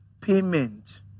payment